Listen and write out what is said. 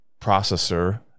processor